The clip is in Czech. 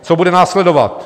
Co bude následovat?